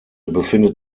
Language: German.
befindet